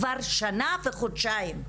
כבר שנה וחודשיים.